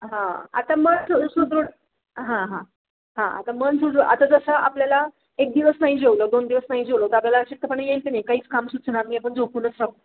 हां आता मन सुदृढ हां हां हां आता मन सुध आता जसं आपल्याला एक दिवस नाही जेवलं दोन दिवस नाही जेवलो तर आपल्याला अशक्तपणा येईल का नाही काहीच काम न सुचणं आम्ही आपण झोपूनच राहू